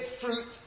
fruit